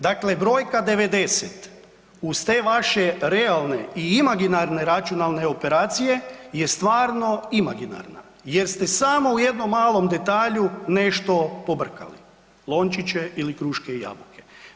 Dakle, brojka 90 uz te vaše realne i imaginarne računalne operacije je stvarno imaginarna jer ste samo u jednom malom detalju nešto pobrkali lončiće ili kruške i jabuke.